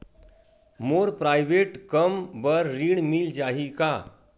मोर private कम बर ऋण मिल जाही का?